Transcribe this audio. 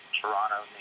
Toronto